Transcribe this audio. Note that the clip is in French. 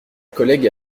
collègue